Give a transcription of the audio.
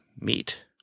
meet